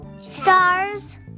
Stars